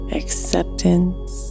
acceptance